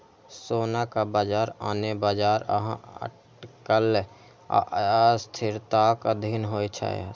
सोनाक बाजार आने बाजार जकां अटकल आ अस्थिरताक अधीन होइ छै